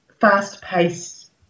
fast-paced